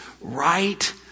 right